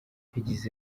yagize